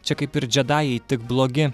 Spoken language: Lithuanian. čia kaip ir džedajai tik blogi